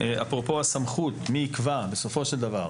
אפרופו הסמכות מי יקבע בסופו של דבר,